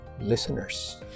listeners